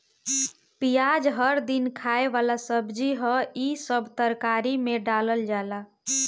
पियाज हर दिन खाए वाला सब्जी हअ, इ सब तरकारी में डालल जाला